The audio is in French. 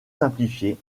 simplifier